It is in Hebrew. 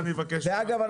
אגב,